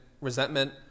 resentment